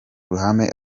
ruhame